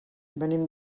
venim